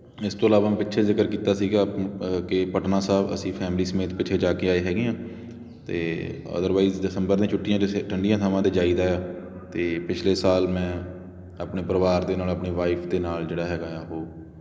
ਇਸ ਤੋਂ ਇਲਾਵਾ ਪਿੱਛੇ ਜ਼ਿਕਰ ਕੀਤਾ ਸੀਗਾ ਕਿ ਪਟਨਾ ਸਾਹਿਬ ਅਸੀਂ ਫੈਮਲੀ ਸਮੇਤ ਪਿੱਛੇ ਜਾ ਕੇ ਆਏ ਹੈਗੇ ਹਾਂ ਅਤੇ ਅਦਰਵਾਈਜ਼ ਦਸੰਬਰ ਦੀਆਂ ਛੁੱਟੀਆਂ ਕਿਸੇ ਠੰਡੀਆਂ ਥਾਵਾਂ 'ਤੇ ਜਾਈਦਾ ਆ ਅਤੇ ਪਿਛਲੇ ਸਾਲ ਮੈਂ ਆਪਣੇ ਪਰਿਵਾਰ ਦੇ ਨਾਲ ਆਪਣੀ ਵਾਈਫ ਦੇ ਨਾਲ ਜਿਹੜਾ ਹੈਗਾ ਆ ਉਹ